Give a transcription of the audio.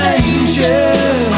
angel